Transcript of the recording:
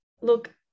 look